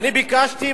אני ביקשתי,